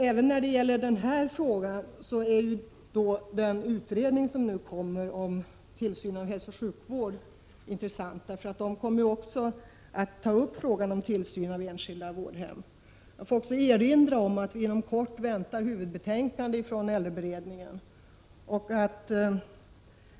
Även i detta sammanhang är utredningen om tillsyn av hälsooch sjukvård intressant, eftersom den kommer att ta upp frågan om tillsyn av enskilda vårdhem. Jag får också erinra om att vi inom kort väntar ett huvudbetänkande från äldreberedningen.